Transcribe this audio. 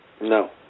No